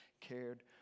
cared